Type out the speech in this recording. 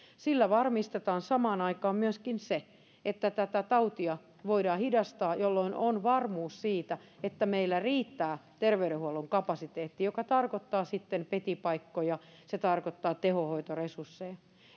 sillä varmistetaan samaan aikaan myöskin se että tätä tautia voidaan hidastaa jolloin on varmuus siitä että meillä riittää terveydenhuollon kapasiteetti joka tarkoittaa sitten petipaikkoja se tarkoittaa tehohoitoresursseja